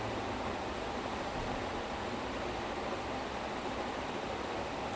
um ya then they have that guy from YouTube to be his sidekick